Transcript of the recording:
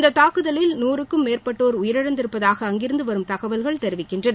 இந்தத் தாக்குதலில் நூறுக்கும் மேற்பட்டோர் உயிரிழந்திருப்பதாக அங்கிருந்து வரும் தகவல்கள் தெரிவிக்கின்றன